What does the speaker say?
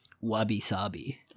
wabi-sabi